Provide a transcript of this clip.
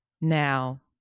Now